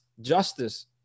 justice